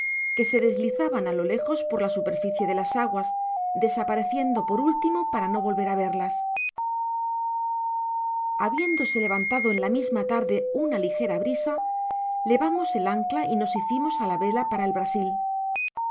que se deslizaban á lo lejos por la superficie de las aguas desapareciendo por último para no volver á verlas habiéndose levantado en la misma tarde una lijera brisa levamos el ancla y nos hicimos á la vela para el brasil es